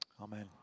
Amen